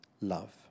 love